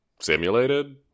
simulated